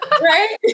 Right